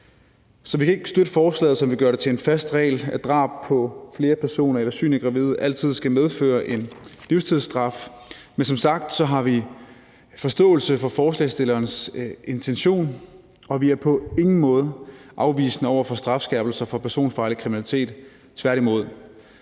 Så vi kan ikke støtte forslaget, som vil gøre det til en fast regel, at drab på flere personer eller synligt gravide altid skal medføre en livstidsstraf, men som sagt har vi forståelse for forslagsstillernes intention, og vi er på ingen måde afvisende over for strafskærpelser for personfarlig kriminalitet, tværtimod.